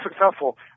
successful